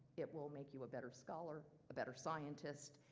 it will make you a better scholar, a better scientist.